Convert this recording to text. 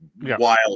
wild